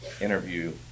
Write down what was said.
interview